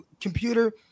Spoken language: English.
computer